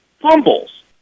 fumbles